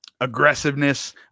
aggressiveness